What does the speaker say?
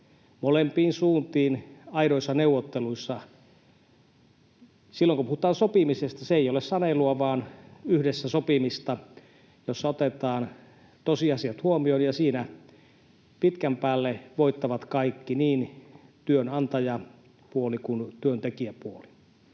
molempiin suuntiin aidoissa neuvotteluissa. Silloin kun puhutaan sopimisesta, se ei ole sanelua vaan yhdessä sopimista, jossa otetaan tosiasiat huomioon, ja siinä pitkän päälle voittavat kaikki, niin työnantajapuoli kuin työntekijäpuoli.